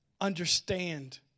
understand